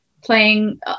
playing